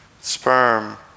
sperm